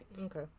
Okay